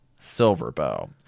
Silverbow